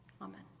Amen